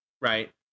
right